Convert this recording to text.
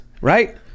right